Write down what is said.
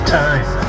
time